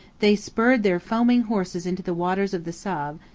they spurred their foaming horses into the waters of the save,